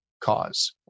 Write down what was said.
cause